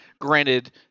Granted